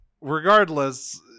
Regardless